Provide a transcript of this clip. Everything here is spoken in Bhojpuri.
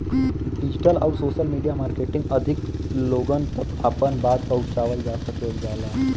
डिजिटल आउर सोशल मीडिया मार्केटिंग अधिक लोगन तक आपन बात पहुंचावल जा सकल जाला